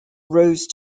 rose